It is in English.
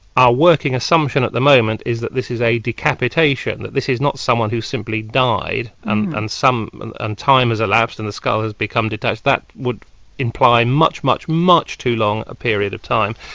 our working assumption at the moment is that this is a decapitation, that this is not someone who simply died and and some and and time has elapsed and the skull has become detached. that would imply much, much much too long a period of time.